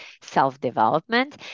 self-development